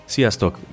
Sziasztok